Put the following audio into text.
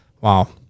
Wow